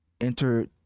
enter